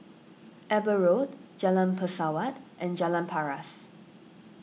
Eber Road Jalan Pesawat and Jalan Paras